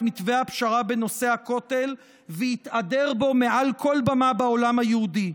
מתווה הפשרה בנושא הכותל והתהדר בו מעל כל במה בעולם היהודי,